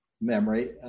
Memory